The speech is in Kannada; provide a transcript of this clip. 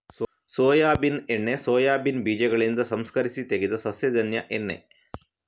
ಸೋಯಾಬೀನ್ ಎಣ್ಣೆ ಸೋಯಾಬೀನ್ ಬೀಜಗಳಿಂದ ಸಂಸ್ಕರಿಸಿ ತೆಗೆದ ಸಸ್ಯಜನ್ಯ ಎಣ್ಣೆ